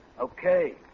Okay